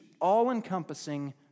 all-encompassing